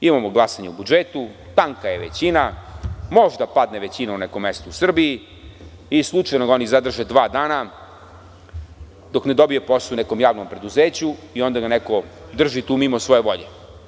Imamo glasanje u budžetu, tanka je većina, možda padne većina u nekom mestu u Srbiji i slučajno ga oni zadrže dva dana dok ne dobije posao u nekom javnom preduzeću i onda ga neko drži tu mimo svoje volje.